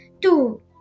Two